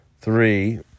three